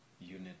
unit